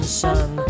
sun